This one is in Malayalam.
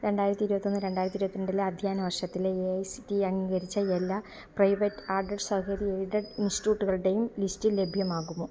രണ്ടായിരത്തി ഇരുപത്തിയൊന്ന് രണ്ടായിരത്തി ഇരുപത്തിരണ്ടിലെ അധ്യയന വർഷത്തിലെ എ ഐ സി ടി അംഗീകരിച്ച എല്ലാ പ്രൈവറ്റ് ആഡഡ് സ്വകാര്യ എയ്ഡഡ് ഇൻസ്റ്റിറ്റ്യൂട്ടുകളുടെയും ലിസ്റ്റ് ലഭ്യമാകുമോ